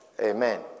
Amen